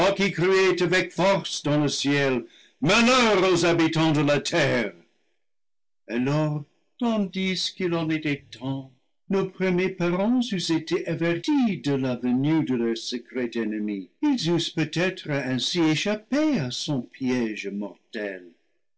avec force dans le ciel malheur aux habitants de la terre alors tandis qu'il en était temps nos premiers parents eussent été avertis de la venue de leur secret ennemi ils eussent peut-être ainsi échappé à son piége mortel